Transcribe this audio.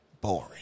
Boring